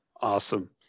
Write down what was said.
Awesome